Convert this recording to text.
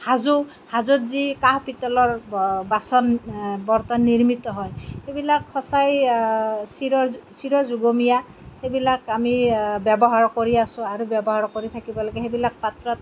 হাজো হাজোত যি কাঁহ পিতলৰ বাচন বৰ্তন নিৰ্মিত হয় সেইবিলাক সঁচাই চিৰ চিৰযুগমীয়া সেইবিলাক আমি ব্যৱহাৰ কৰি আছো আৰু ব্যৱহাৰ কৰি থাকিব লাগে সেইবিলাক পাত্ৰত